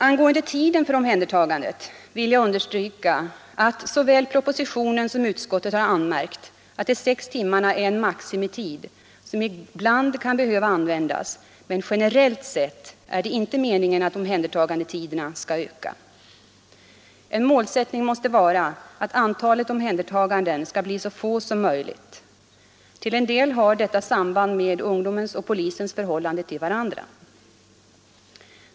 Angående tiden för omhändertagandet vill jag understryka att det i såväl propositionen som utskottsbetänkandet anmärkts att de sex timmarna är en maximitid som ibland kan behöva användas, men generellt sett är det inte meningen att omhändertagandetiderna skall öka. En målsättning måste vara att antalet omhändertaganden skall bli så få som möjligt. Till en del har detta samband med ungdomens och polisens förhållande till varandra.